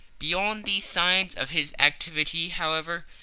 beyond these signs of his activity, however,